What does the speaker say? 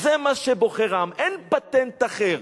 זה מה שבוחר העם, אין פטנט אחר.